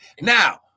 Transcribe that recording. Now